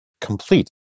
complete